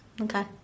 Okay